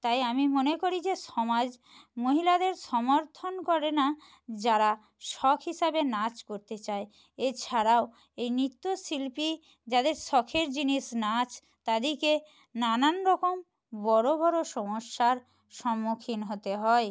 তাই আমি মনে করি যে সমাজ মহিলাদের সমর্থন করে না যারা শখ হিসাবে নাচ করতে চায় এছাড়াও এই নৃত্যশিল্পী যাদের শখের জিনিস নাচ তাদিকে নানান রকম বড়ো বড়ো সমস্যার সম্মুখীন হতে হয়